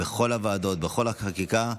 בכל הוועדות, בכל החקיקה.